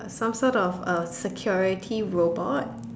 some sort of a security robot